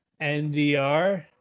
NDR